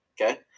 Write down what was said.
okay